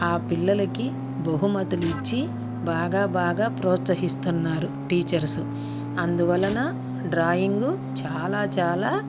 ఆ పిల్లలకి బహుమతులు ఇచ్చి బాగా బాగా ప్రోత్సహిస్తున్నారు టీచర్స్ అందువలన డ్రాయింగు చాలా చాలా